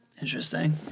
Interesting